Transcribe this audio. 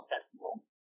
Festival